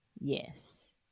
Yes